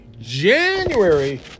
January